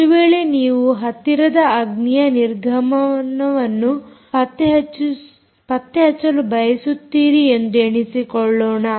ಒಂದು ವೇಳೆ ನೀವು ಹತ್ತಿರದ ಅಗ್ನಿಯ ನಿರ್ಗಮನವನ್ನು ಪತ್ತೆ ಹಚ್ಚಲು ಬಯಸುತ್ತೀರಿ ಎಂದು ಎಣಿಸಿಕೊಳ್ಳೋಣ